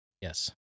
Yes